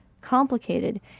complicated